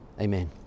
Amen